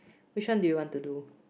which one do you want to do